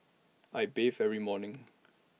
I bathe every morning